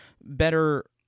better